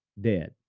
dead